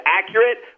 accurate